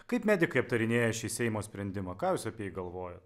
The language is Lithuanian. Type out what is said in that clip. kaip medikai aptarinėja šį seimo sprendimo ką jūs apie jį galvojat